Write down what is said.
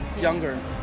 younger